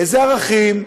איזה ערכים,